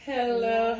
Hello